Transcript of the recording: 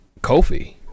Kofi